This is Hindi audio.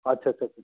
अच्छा अच्छा